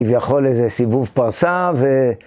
ויכול איזה סיבוב פרסה, ו...